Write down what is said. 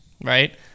right